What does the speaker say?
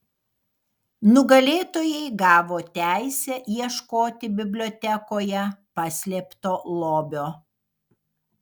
nugalėtojai gavo teisę ieškoti bibliotekoje paslėpto lobio